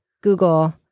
Google